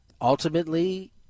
Ultimately